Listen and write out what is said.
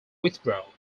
withdrew